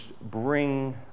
bring